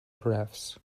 graphs